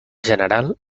general